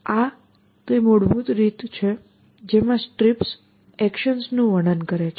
આ તે મૂળ રીત છે જેમાં STRIPS એકશન્સનું વર્ણન કરે છે